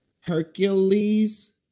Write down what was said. Hercules